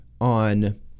on